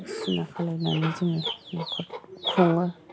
बायदिसिना खालामनानै जोङो न'खरखौ खुङो